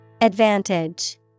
Advantage